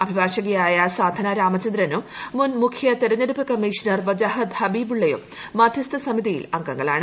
അഭിഭാഷകയായ സാധന രാമചന്ദ്രനും മുൻ മുഖ്യ തെരഞ്ഞെടുപ്പ് കമ്മീഷണർ വജാഹത്ത് ഹബീബുള്ളയും മധ്യസ്ഥ സമിതിയിൽ അംഗങ്ങളാണ്